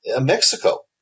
Mexico